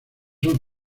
son